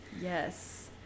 Yes